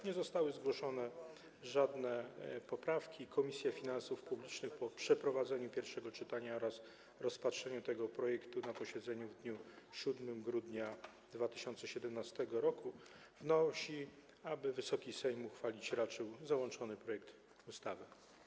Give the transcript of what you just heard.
Nie zostały zgłoszone żadne poprawki, Komisja Finansów Publicznych po przeprowadzeniu pierwszego czytania oraz rozpatrzeniu tego projektu na posiedzeniu w dniu 7 grudnia 2017 r. wnosi, aby Wysoki Sejm uchwalić raczył załączony projekt ustawy.